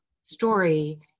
story